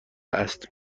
است